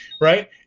right